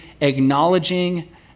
acknowledging